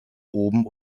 oben